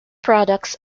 products